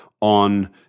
on –